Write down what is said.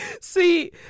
See